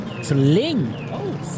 Sling